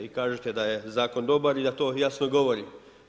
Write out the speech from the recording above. Vi kažete da je zakon dobar i da to jasno govori.